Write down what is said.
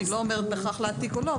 אני לא אומרת בהכרח להעתיק או לא,